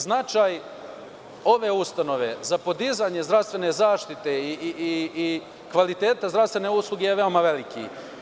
Značaj ove ustanove za podizanje zdravstvene zaštite i kvaliteta zdravstvene usluge je veoma veliki.